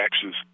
taxes